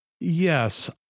Yes